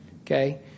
Okay